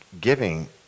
Giving